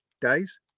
days